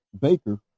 Baker